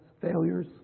failures